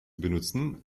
benutzen